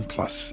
Plus